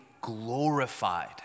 glorified